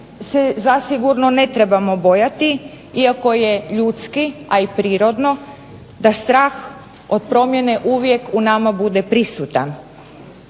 se zasigurno ne trebamo bojati iako je ljudski, a i prirodno da strah od promjene uvijek u nama bude prisutan